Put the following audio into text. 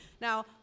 Now